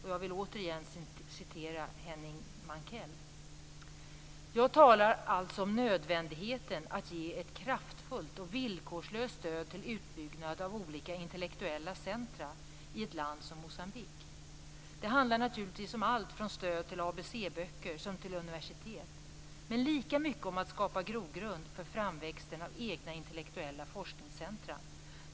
Jag vill återigen citera Henning Mankell: "Jag talar alltså om nödvändigheten att ge ett kraftfullt och villkorslöst stöd till utbyggnad av olika intellektuella centra i ett land som Moçambique. Det handlar naturligtvis om allt från stöd till ABC-böcker som till Universitetet. Men lika mycket om att skapa grogrund för framväxten av egna intellektuella forskningscentra.